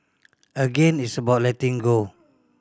again it's about letting go